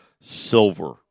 Silver